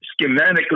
schematically